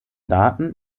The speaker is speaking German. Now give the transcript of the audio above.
daten